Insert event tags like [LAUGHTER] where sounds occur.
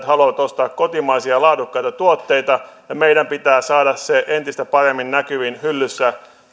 [UNINTELLIGIBLE] haluavat ostaa kotimaisia laadukkaita tuotteita ja meidän pitää saada entistä paremmin näkyviin hyllyssä